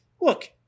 look